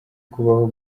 kubaho